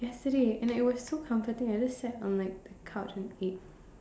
yesterday and it was so comforting I just sat on like the couch and ate